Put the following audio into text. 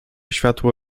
światło